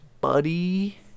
buddy